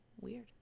weird